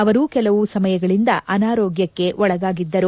ಅವರು ಕೆಲವು ಸಮಯಗಳಿಂದ ಅನಾರೋಗ್ಲಕ್ಷೆ ಒಳಗಾಗಿದ್ದರು